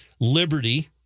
liberty